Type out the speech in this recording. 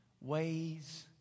ways